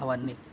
అవన్నీ